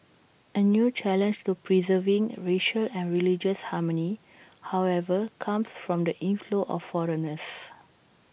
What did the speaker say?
A new challenge to preserving racial and religious harmony however comes from the inflow of foreigners